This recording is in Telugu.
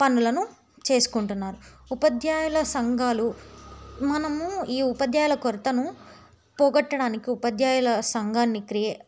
పనులను చేసుకుంటున్నారు ఉపాధ్యాయుల సంఘాలు మనము ఈ ఉపాధ్యాయుల కొరతను పోగొట్టడానికి ఉపాధ్యాయులు సంఘాన్ని క్రియే